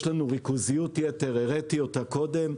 יש לנו ריכוזיות יתר, והראיתי אותה קודם.